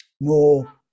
more